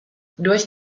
durch